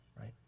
right